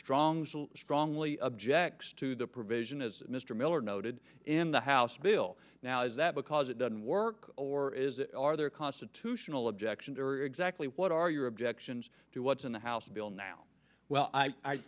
strong strongly objects to the provision as mr miller noted in the house bill now is that because it doesn't work or is it are there constitutional objections or exactly what are your objections to what's in the house bill now